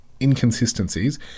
inconsistencies